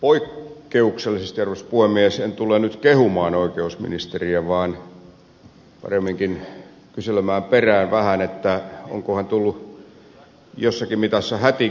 poikkeuksellisesti en tule nyt kehumaan oikeusministeriä vaan paremminkin kyselemään vähän perään että onkohan tullut jossakin mitassa hätiköityä